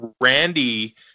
Randy